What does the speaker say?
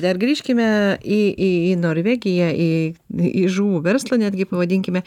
dar grįžkime į į į norvegiją į į žuvų verslą netgi pavadinkime